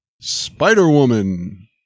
Spider-Woman